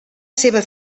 seva